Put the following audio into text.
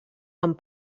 amb